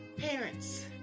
Parents